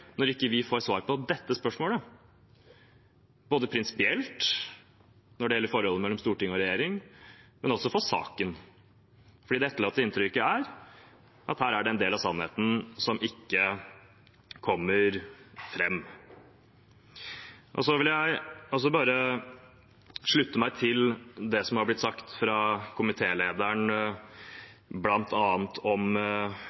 når vi ikke får svar på dette spørsmålet – verken prinsipielt, når det gjelder forholdet mellom storting og regjering, eller for saken. For det etterlatte inntrykket er at her er det en del av sannheten som ikke kommer fram. Så vil jeg bare slutte meg til det som har blitt sagt